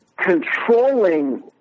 controlling